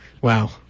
Wow